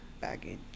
Baggage